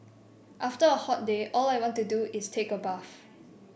after a hot day all I want to do is take a bath